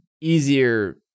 easier